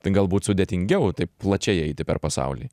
tai galbūt sudėtingiau taip plačiai eiti per pasaulį